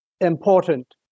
important